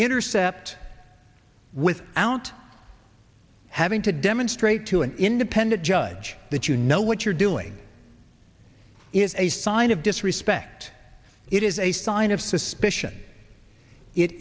intercept without having to demonstrate to an independent judge that you know what you're doing is a sign of disrespect it is a sign of suspicion it